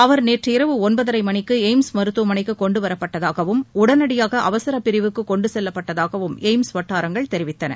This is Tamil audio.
அவர் நேற்று இரவு ஒன்பதரை மணிக்கு ஏய்ம்ஸ் மருத்துவமனைக்கு கொண்டுவரப்பட்டதாகவும் உடனடியாக அவசர பிரவுக்கு கொண்டுசெல்லப்பட்டதாகவும் ஏய்ம்ஸ் வட்டாரங்கள் தெரிவித்தன